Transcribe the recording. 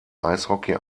eishockey